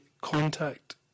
contact